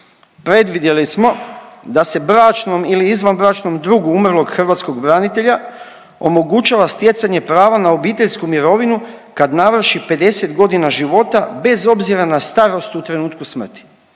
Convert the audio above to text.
predvidjeli smo da se bračnom ili izvanbračnom drugu umrlog hrvatskog branitelja omogućava stjecanje prava na obiteljsku mirovinu kad navrši 50 godina života bez obzira na starost u trenutku smrti.